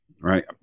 right